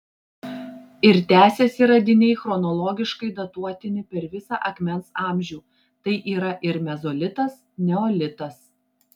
ir tęsiasi radiniai chronologiškai datuotini per visą akmens amžių tai yra ir mezolitas neolitas